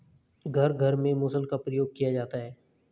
घर घर में मुसल का प्रयोग किया जाता है